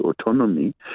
autonomy